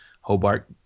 hobart